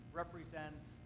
represents